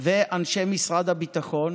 ואנשי משרד הביטחון